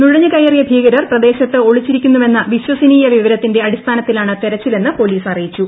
നുഴഞ്ഞുകയറിയ ്ഭീകരർ പ്രദേശത്ത് ഒളിച്ചിരിക്കുന്നുവെന്ന വിശ്വസനീയ വിവരത്തിന്റെ അടിസ്ഥാനത്തിലാണ് തെരച്ചിലെന്ന് പോലീസ് അറിയിച്ചു